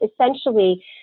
essentially